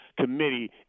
committee